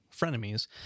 frenemies